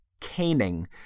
caning